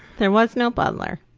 there was no butler.